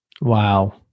Wow